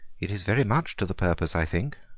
it is very much to the purpose, i think,